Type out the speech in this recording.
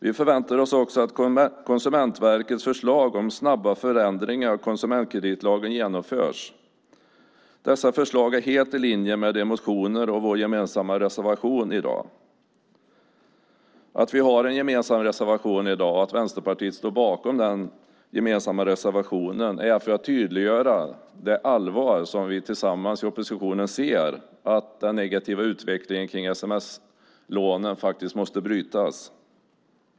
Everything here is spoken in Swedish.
Vi förväntar oss att Konsumentverkets förslag om snabba förändringar av konsumentkreditlagen genomförs. Dessa förslag är helt i linje med de motioner som finns och vår gemensamma reservation i dag. Att vi har en gemensam reservation i dag som Vänsterpartiet står bakom är för att tydliggöra att vi tillsammans i oppositionen med allvar ser den negativa utvecklingen för sms-lånen och att den måste brytas.